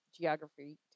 geography